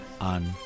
on